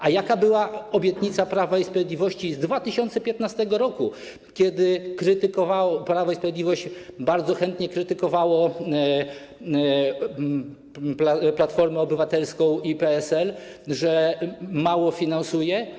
A jaka była obietnica Prawa i Sprawiedliwości z 2015 r., kiedy to Prawo i Sprawiedliwość bardzo chętnie krytykowało Platformę Obywatelską i PSL, że za mało finansują?